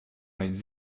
les